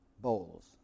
Bowls